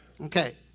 Okay